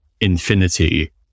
infinity